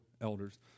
elders